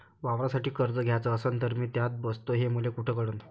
वावरासाठी कर्ज घ्याचं असन तर मी त्यात बसतो हे मले कुठ कळन?